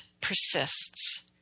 persists